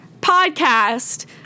podcast